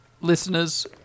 Listeners